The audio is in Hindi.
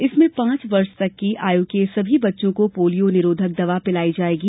इसमें पांच वर्ष तक की आयु के सभी बच्चों को पोलियो निरोधक दवा पिलाई जाएगी